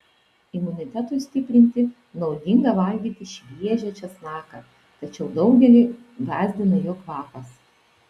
imunitetui stiprinti naudinga valgyti šviežią česnaką tačiau daugelį gąsdina jo kvapas